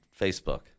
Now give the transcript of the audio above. Facebook